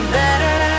better